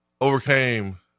overcame